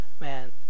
man